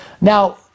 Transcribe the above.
Now